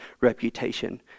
reputation